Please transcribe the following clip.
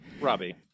Robbie